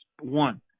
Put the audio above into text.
one